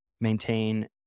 Maintain